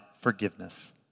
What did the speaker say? forgiveness